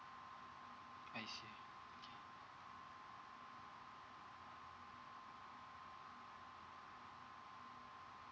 I see